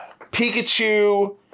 Pikachu